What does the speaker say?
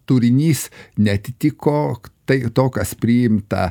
turinys neatitiko to kas priimta